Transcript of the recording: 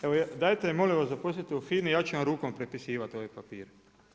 Evo dajte me molim vas zaposlite u FINA-i ja ću vam rukom prepisivat ove papire.